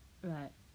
right